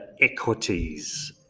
equities